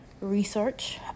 research